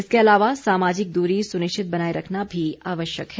इसके अलावा सामाजिक दूरी सुनिश्चित बनाये रखना भी आवश्यक है